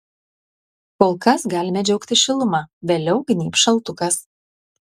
kol kas galime džiaugtis šiluma vėliau gnybs šaltukas